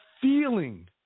feeling